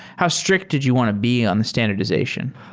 how strict did you want to be on the standardization?